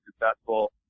successful